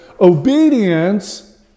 obedience